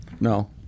no